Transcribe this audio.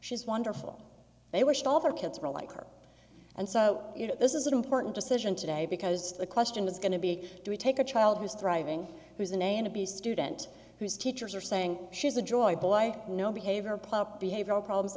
she's wonderful they wished all her kids were like her and so you know this is an important decision today because the question is going to be to take a child who's thriving who's an a and b student who's teachers are saying she's a joy boy i know behavior play up behavioral problems